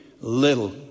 little